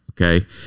Okay